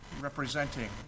representing